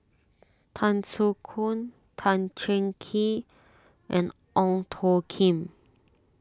Tan Soo Khoon Tan Cheng Kee and Ong Tjoe Kim